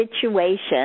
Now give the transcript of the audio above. situation